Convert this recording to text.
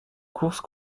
course